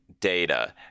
data